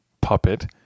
puppet